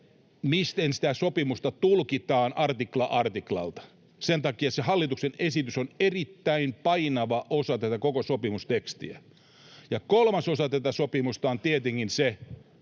miten sitä sopimusta tulkitaan artikla artiklalta. Sen takia se hallituksen esitys on erittäin painava osa tätä koko sopimustekstiä. Ja kolmas osa tätä sopimusta on tietenkin se,